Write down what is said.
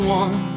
one